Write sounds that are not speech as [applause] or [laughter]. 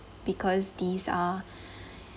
because these are [breath]